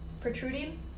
protruding